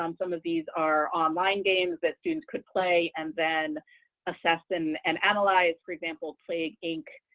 um some of these are online games that students could play, and then assess and and analyze. for example, plague, inc.